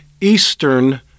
Eastern